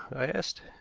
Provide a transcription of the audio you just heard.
i asked.